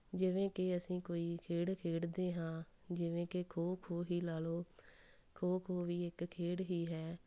ਜਿਵੇਂ ਕਿ ਅਸੀਂ ਕੋਈ ਖੇਡ ਖੇਡਦੇ ਹਾਂ ਜਿਵੇਂ ਕਿ ਖੋ ਖੋ ਹੀ ਲਾ ਲਓ ਖੋ ਖੋ ਵੀ ਇੱਕ ਖੇਡ ਹੀ ਹੈ